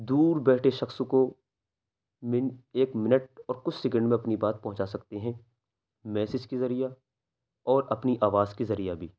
دور بیٹھے شخص کو منٹ ایک منٹ اور کچھ سکنڈ میں اپنی بات پہنچا سکتے ہیں میسیج کے ذریعہ اور اپنی آواز کے ذریعہ بھی